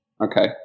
okay